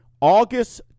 August